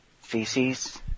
feces